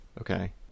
okay